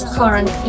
current